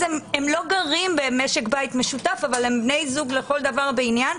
הם לא גרים במשק בית משותף אבל הם בני זוג לכל דבר ועניין.